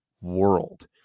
world